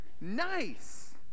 Nice